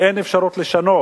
אין אפשרות לשנות.